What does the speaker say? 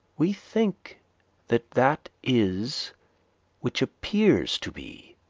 we think that that is which appears to be.